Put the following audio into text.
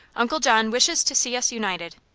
uncle john wishes to see us united.